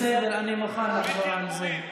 בסדר, אני מוכן לחזור על זה.